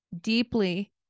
deeply